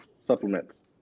supplements